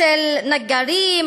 של נגרים,